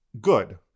Good